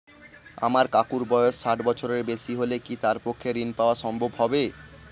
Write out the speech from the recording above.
আমার কাকুর বয়স ষাট বছরের বেশি হলে কি তার পক্ষে ঋণ পাওয়া সম্ভব হবে?